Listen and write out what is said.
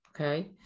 okay